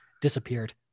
disappeared